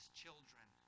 children